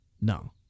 no